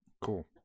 Cool